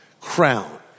Crown